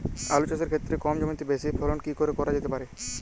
আলু চাষের ক্ষেত্রে কম জমিতে বেশি ফলন কি করে করা যেতে পারে?